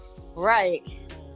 right